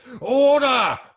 order